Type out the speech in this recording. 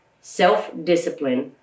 self-discipline